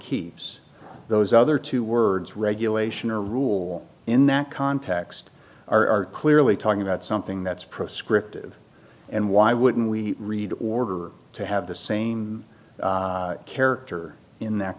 keeps those other two words regulation or rule in that context are clearly talking about something that's prescriptive and why wouldn't we read order to have the same character in that